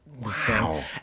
Wow